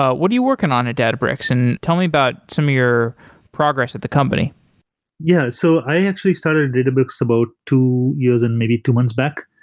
ah what are you working on at databricks? and tell me about some your progress at the company yeah, so i actually started databricks about two years and maybe two months back.